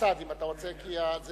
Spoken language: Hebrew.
מהצד , אם אתה רוצה, כי זה